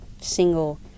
single